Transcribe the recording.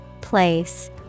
Place